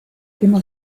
tema